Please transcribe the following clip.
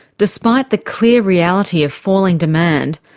despite the clear reality of falling demand,